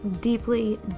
deeply